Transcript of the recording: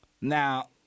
Now